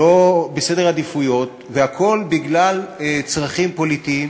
לא בסדר עדיפויות, והכול בגלל צרכים פוליטיים,